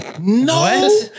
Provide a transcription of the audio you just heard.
No